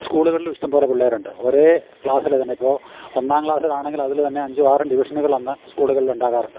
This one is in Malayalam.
സ്കൂളുകളിലും ഇഷ്ടം പോലെ പിള്ളേരുണ്ട് ഒരേ ക്ലാസിൽ തന്നെ ഇപ്പോൾ ഒന്നാം ക്ലാസിലാണെങ്കിൽ അതിൽ തന്നെ അഞ്ചു ആറും ഡിവിഷനുകളന്ന് സ്കൂളുകളിൽ ഉണ്ടാകാറുണ്ട്